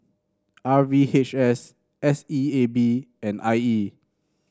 R V H S S E A B and I E